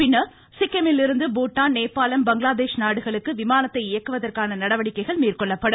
பின்னர் சிக்கிமிலிருந்து பூடான் நேபாளம் பங்களாதே நாடுகளுக்கு விமானத்தை இயக்குவதற்கான நடவடிக்கைகள் மேற்கொள்ளப்படும்